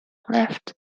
left